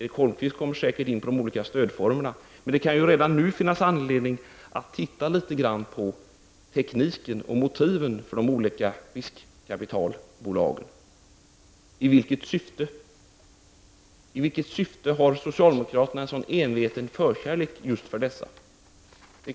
Erik Holmkvist kommer säkert att gå in på de olika stödformerna, men det kan redan nu finnas anledning att titta litet grand på tekniken och motiven för de olika riskkapitalbolagen. I vilket syfte har socialdemokraterna en sådan enveten förkärlek just för dessa?